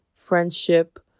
friendship